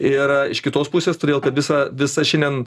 ir iš kitos pusės todėl kad visą visą šiandien